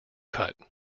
cut